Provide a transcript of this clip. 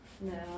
No